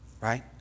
right